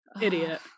Idiot